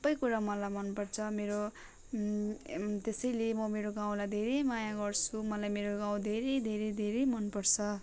सबै कुरा मलाई मनपर्छ मेरो त्यसैले म मेरो गाउँलाई धेरै माया गर्छु मलाई मेरो गाउँ धेरै धेरै धेरै मनपर्छ